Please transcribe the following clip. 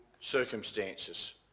circumstances